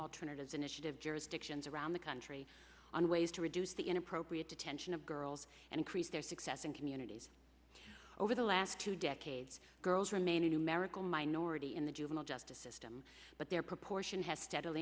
alternatives initiative jurisdictions around the country on ways to reduce the inappropriate detention of girls and increase their success in communities over the last two decades girls remain a numerical minority in the juvenile justice system but their proportion has s